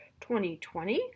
2020